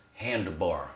handlebar